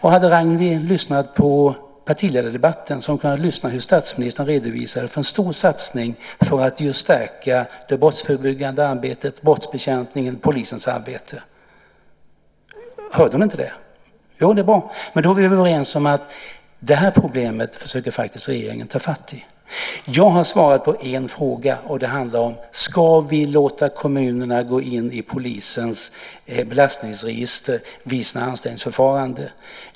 Hade Ragnwi lyssnat på partiledardebatten så hade hon hört hur statsministern redovisade en stor satsning för att just stärka det brottsförebyggande arbetet, brottsbekämpningen och polisens arbete. Hörde hon inte det? Jo - det är bra. Men då är vi överens om att regeringen faktiskt försöker ta fatt i det här problemet. Jag har svarat på en fråga. Det handlar om frågan: Ska vi låta kommunerna gå in i polisens belastningsregister vid sina anställningsförfaranden?